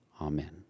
Amen